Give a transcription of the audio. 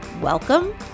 Welcome